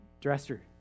dresser